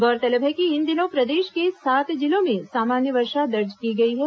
गौरतलब है कि इन दिनों प्रदेश के सात जिलों में सामान्य वर्षा दर्ज की गई है